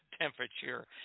temperature